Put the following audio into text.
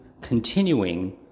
continuing